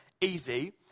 easy